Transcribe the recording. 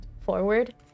forward